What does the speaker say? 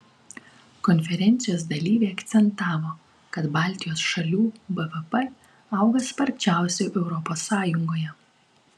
konferencijos dalyviai akcentavo kad baltijos šalių bvp auga sparčiausiai europos sąjungoje